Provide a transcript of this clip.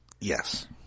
Yes